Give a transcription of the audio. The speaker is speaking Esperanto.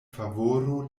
favoro